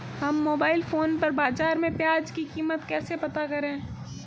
हम mobile phone पर बाज़ार में प्याज़ की कीमत कैसे पता करें?